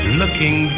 looking